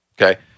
Okay